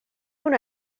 una